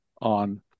on